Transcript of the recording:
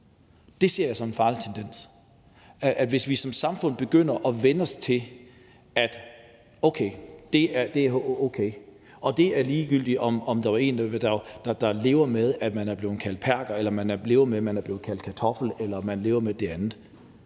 Det ser jeg som en farlig tendens, altså at vi som samfund begynder at vænne os til, at det er okay, og at det er ligegyldigt, om der er en, der lever med at være blevet kaldt perker, lever med at være blevet kaldt kartoffel eller lever med noget andet.